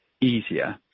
easier